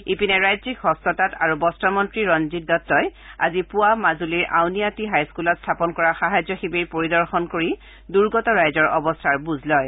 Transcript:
ইপিনে ৰাজ্যিক হস্ত তাঁত আৰু বস্ত্ৰ মন্ত্ৰী ৰঞ্জিত দত্তই আজি পুৱা মাজুলীৰ আউনীআটি হাইস্কুলত স্থাপন কৰা সাহায্য শিবিৰ পৰিদৰ্শন কৰি দুৰ্গত ৰাইজৰ অৱস্থাৰ বুজ লয়